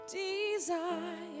desire